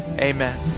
amen